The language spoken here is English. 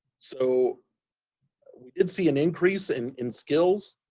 so did see an increase in in skills,